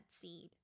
seed